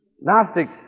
Gnostics